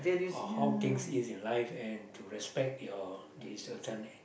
or how things is in life and to respect your this certain